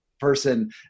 person